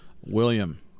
William